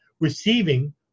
receiving